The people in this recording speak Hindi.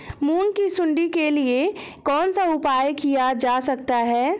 मूंग की सुंडी के लिए कौन सा उपाय किया जा सकता है?